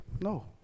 No